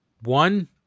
one